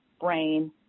brain